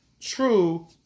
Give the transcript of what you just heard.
true